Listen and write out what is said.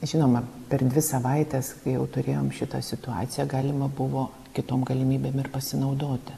žinoma per dvi savaites jau turėjom šitą situaciją galima buvo kitom galimybėm ir pasinaudoti